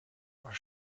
are